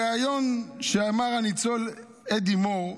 בריאיון של הניצול אדי מור,